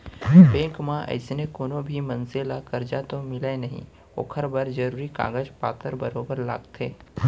bank म अइसने कोनो भी मनसे ल करजा तो मिलय नई ओकर बर जरूरी कागज पातर बरोबर लागथे